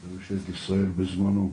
של ממשלת ישראל בזמנו,